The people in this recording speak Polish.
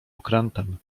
okrętem